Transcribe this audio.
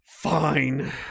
Fine